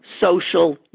social